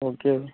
okay